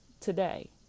today